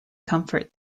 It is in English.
comfort